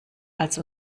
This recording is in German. als